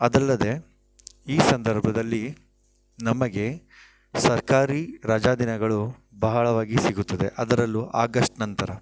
ಅದಲ್ಲದೆ ಈ ಸಂದರ್ಭದಲ್ಲಿ ನಮಗೆ ಸರ್ಕಾರಿ ರಜಾ ದಿನಗಳು ಬಹಳವಾಗಿ ಸಿಗುತ್ತದೆ ಅದರಲ್ಲು ಆಗಸ್ಟ್ ನಂತರ